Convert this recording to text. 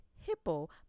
Hippo